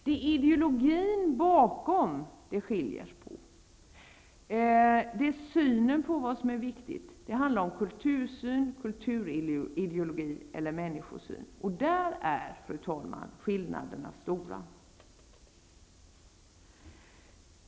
Det är ideologin bakom, synen på vad som är viktigt, som skiljer sig åt. Det handlar om kultursyn, kulturideologi och människosyn, och i det sammanhanget, fru talman, är skillnaderna stora.